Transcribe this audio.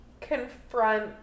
confront